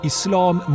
Islam